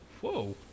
Whoa